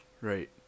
Right